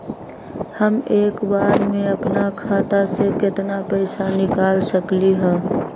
हम एक बार में अपना खाता से केतना पैसा निकाल सकली ह?